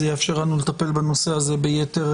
זה יאפשר לנו לטפל בנושא הזה ביתר